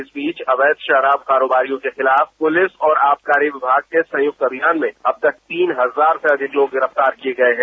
इस बीच अवैध शराब कारोबारियों के खिलाफ पुलिस और आबकारी विभाग के संयुक्त अभियान में अब तक करीब तीन हजार से अधिक लोग गिरफ्तार किये गये हैं